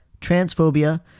transphobia